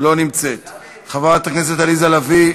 לא נמצאת; חברת הכנסת עליזה לביא,